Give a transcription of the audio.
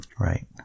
Right